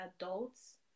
adults